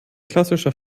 klassischer